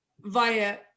Via